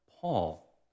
Paul